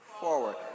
forward